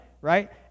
right